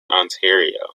ontario